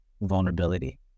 vulnerability